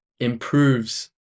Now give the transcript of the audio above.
improves